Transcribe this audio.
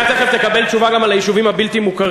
אתה תכף תקבל תשובה גם על היישובים הבלתי-מוכרים.